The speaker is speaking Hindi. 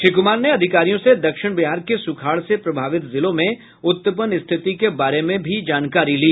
श्री कुमार ने अधिकारियों से दक्षिण बिहार के सुखाड़ से प्रभावित जिलों में उत्पन्न स्थिति के बारे में जानकारी ली